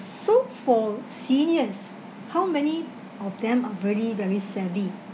so for seniors how many of them are very very savvy